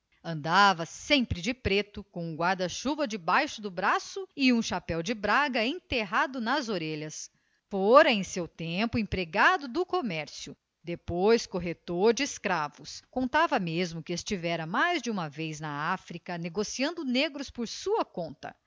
andava sempre de preto com um guarda-chuva debaixo do braço e um chapéu de braga enterrado nas orelhas fora em seu tempo empregado do comércio depois corretor de escravos contava mesmo que estivera mais de uma vez na áfrica negociando negros por sua conta